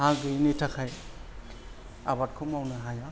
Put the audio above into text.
हा गैयिनि थाखाय आबादखौ मावनो हाया